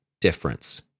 difference